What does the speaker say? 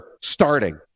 starting